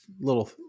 little